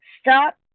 stop